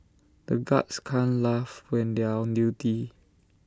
the guards can't laugh when they are on duty